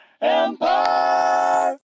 EMPIRE